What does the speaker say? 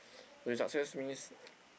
okay success means